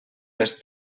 les